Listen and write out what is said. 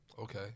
Okay